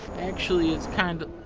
actually, it's kind of.